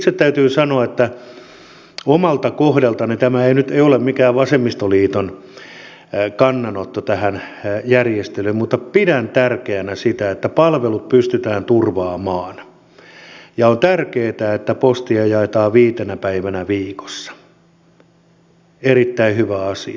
itse täytyy sanoa että omalta kohdaltani tämä nyt ei ole mikään vasemmistoliiton kannanotto tähän järjestelyyn pidän tärkeänä sitä että palvelut pystytään turvaamaan ja on tärkeää että postia jaetaan viitenä päivänä viikossa erittäin hyvä asia